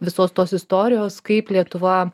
visos tos istorijos kaip lietuva